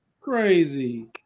Crazy